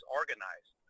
organized